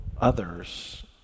others